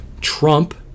Trump